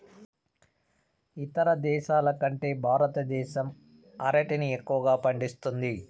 ఇతర దేశాల కంటే భారతదేశం అరటిని ఎక్కువగా పండిస్తుంది